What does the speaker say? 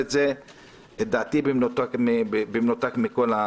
את זה רק באופן עקרוני.